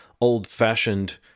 old-fashioned